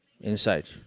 inside